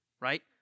Right